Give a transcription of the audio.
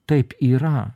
taip yra